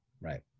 right